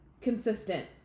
consistent